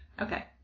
Okay